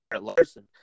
Larson